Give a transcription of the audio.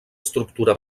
estructura